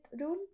rule